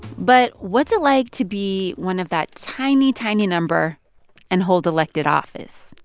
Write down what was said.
but what's it like to be one of that tiny, tiny number and hold elected office?